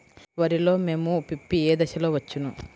వరిలో మోము పిప్పి ఏ దశలో వచ్చును?